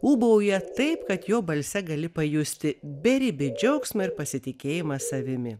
ūbauja taip kad jo balse gali pajusti beribį džiaugsmą ir pasitikėjimą savimi